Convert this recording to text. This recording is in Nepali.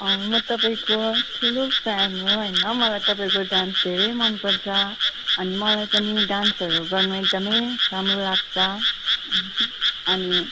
म तपाईँको ठुलो फ्यान हो होइन मलाई तपाईँको डान्स धेरै मनपर्छ अनि मलाई पनि डान्सहरू गर्नु एकदमै राम्रो लाग्छ अनि